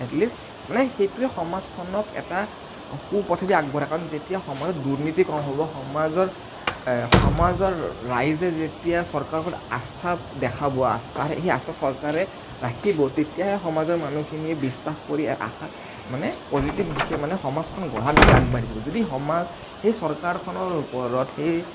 at least মানে সেইটোৱে সমাজখনক এটা সুপথেদি আগবঢ়ায় কাৰণ যেতিয়া সমাজত দুৰ্নীতি কম হ'ব সমাজৰ সমাজৰ ৰাইজে যেতিয়া চৰকাৰৰ ওপৰত আস্থা দেখাব আস্থা সেই আস্থা চৰকাৰে ৰাখিব তেতিয়াহে সমাজৰ মানুহখিনিয়ে বিশ্বাস কৰি আশা মানে পজিটিভ দিশে মানে সমাজখন গঢ়া দিশত আগবাঢ়ি যাব যদি সমাজ সেই চৰকাৰখনৰ ওপৰত সেই